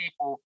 people